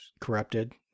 corrupted